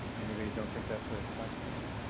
anybody don't think that's a controversy?